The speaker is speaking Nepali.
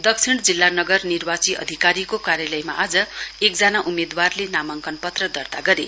दक्षिण जिल्ला नगर निर्वाची अधिकारीको कार्यालयमा आज एकजना उम्मेदवारले नामाङ्कन पत्र दर्ता गरे